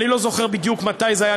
אני לא זוכר בדיוק מתי זה היה.